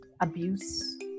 abuse